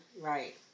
Right